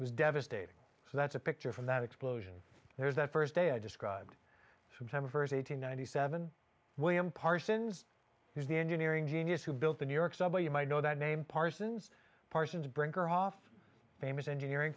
was devastating so that's a picture from that explosion there's that first day i described some time verse eighteen ninety seven william parsons who's the engineering genius who built the new york subway you might know that name parsons parsons brinckerhoff famous engineering